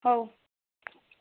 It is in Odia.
ହଉ